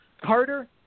Carter